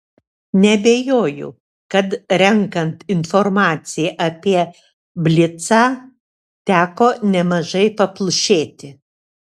neabejoju kad renkant informaciją apie blicą teko nemažai paplušėti